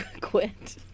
quit